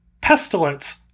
pestilence